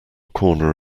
corner